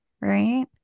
right